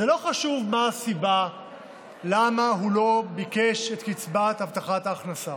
זה לא חשוב מה הסיבה למה הוא לא ביקש את קצבת הבטחת ההכנסה,